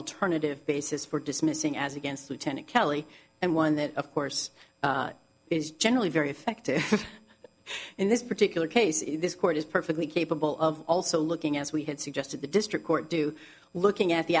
alternative basis for dismissing as against lieutenant calley and one that of course is generally very effective in this particular case is this court is perfectly capable of also looking as we had suggested the district court do looking at the